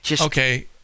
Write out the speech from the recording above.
okay